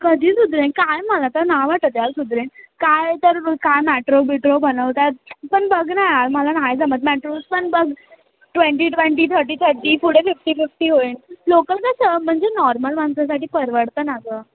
कधी सुधरेल काय मला तर नाही वाटत या सुधरेल काय तर काय मॅट्रो बिट्रो बनवतात पण बघ ना या मला नाही जमत मॅट्रोज पण बघ ट्वेंटी ट्वेंटी थर्टी थर्टी पुढे फिफ्टी फिफ्टी होईल लोकल कसं म्हणजे नॉर्मल माणसासाठी परवडतं ना गं